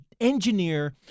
engineer